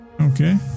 Okay